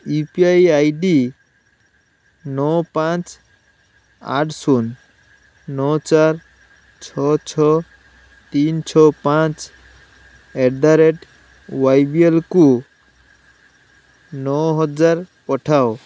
you P I ID ନଅ ପାଞ୍ଚ ଆଠ ଶୂନ ନୋ ଚାରି ଛଅ ଛଅ ତିନି ଛଅ ପାଞ୍ଚ ଆଟ୍ ଦ ରେଟ୍ ୱାଇବିଏଲକୁ ନଅହଜାର ପଠାଅ